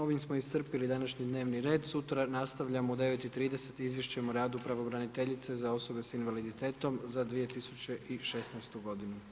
Ovim smo iscrpili današnji dnevni red, sutra nastavljamo u 9,30 izvješćem o radu Pravobraniteljice za osobe s invaliditetom za 2016. godinu.